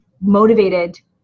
motivated